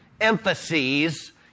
emphases